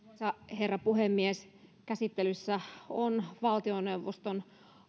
herra puhemies käsittelyssä on valtioneuvoston